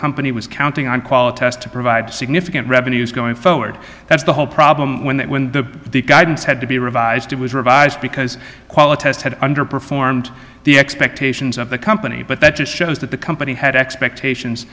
company was counting on quality as to provide significant revenues going forward that's the whole problem when that when the guidance had to be revised it was revised because quality has had underperformed the expectations of the company but that just shows that the company had expectations